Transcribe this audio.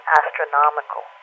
astronomical